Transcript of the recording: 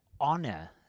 honor